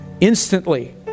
instantly